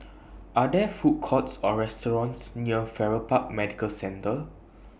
Are There Food Courts Or restaurants near Farrer Park Medical Centre